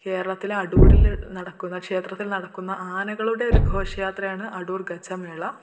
കേരളത്തിൽ അടൂരിൽ നടക്കുന്ന ക്ഷേത്രത്തിൽ നടക്കുന്ന ആനകളുടെ ഒരു ഘോഷയാത്രയാണ് അടൂർ ഗജമേള